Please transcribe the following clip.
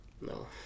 No